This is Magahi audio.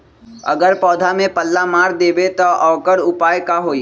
अगर पौधा में पल्ला मार देबे त औकर उपाय का होई?